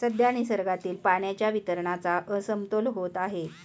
सध्या निसर्गातील पाण्याच्या वितरणाचा असमतोल होत आहे